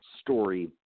story